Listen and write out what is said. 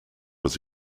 was